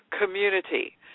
community